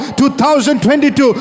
2022